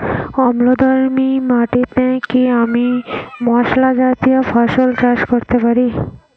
অম্লধর্মী মাটিতে কি আমি মশলা জাতীয় ফসল চাষ করতে পারি?